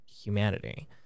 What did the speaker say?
humanity